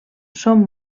són